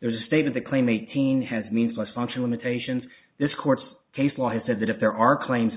there's a state of the claim eighteen has means less functional imitations this court case law has said that if there are claims that